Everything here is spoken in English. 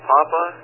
Papa